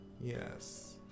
Yes